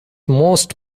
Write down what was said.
most